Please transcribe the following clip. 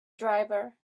driver